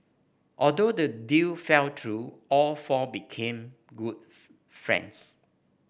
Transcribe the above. although the deal fell through all four became friends